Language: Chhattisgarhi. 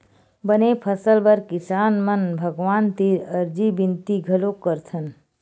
बने फसल बर किसान मन भगवान तीर अरजी बिनती घलोक करथन